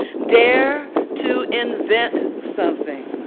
dare to invent something.